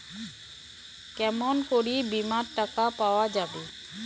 কেমন করি বীমার টাকা পাওয়া যাবে?